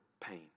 pain